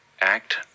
act